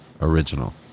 original